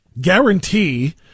Guarantee